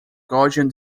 gaussian